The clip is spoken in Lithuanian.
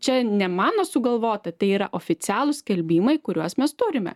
čia ne mano sugalvota tai yra oficialūs skelbimai kuriuos mes turime